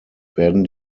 werden